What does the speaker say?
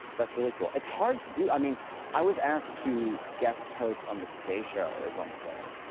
that's really cool. it's hard to do. i mean i was asked to guest host on the today show at one point,